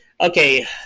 Okay